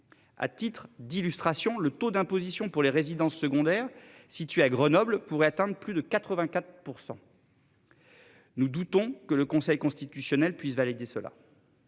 À titre d'illustration, le taux d'imposition pour les résidences secondaires situées à Grenoble pourrait atteindre plus de 84%. Nous doutons que le Conseil constitutionnel puisse valider cela.